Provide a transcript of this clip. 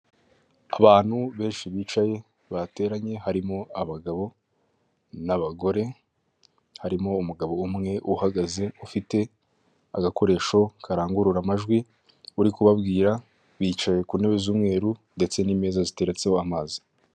Abantu benshi bicaye bateranye harimo abagabo n'abagore, harimo umugabo umwe uhagaze ufite agakoresho karangurura amajwi uri kubabwira, bicaye ku ntebe z'umweru ndetse n'imeza ziteretseho amazi.